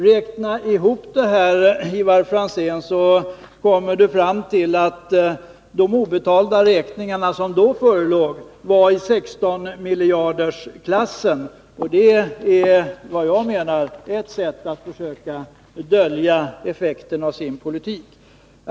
Räkna ihop detta, Ivar Franzén, så kommer ni fram till att de obetalda räkningar som då förelåg var i 16-miljardersklassen. Det är, menar jag, här fråga om ett sätt att försöka dölja effekterna av sin politik.